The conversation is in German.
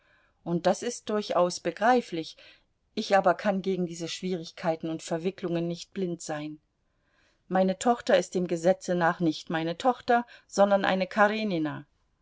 und das ist durchaus begreiflich ich aber kann gegen diese schwierigkeiten und verwicklungen nicht blind sein meine tochter ist dem gesetze nach nicht meine tochter sondern eine karenina